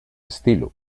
estilo